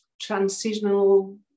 transitional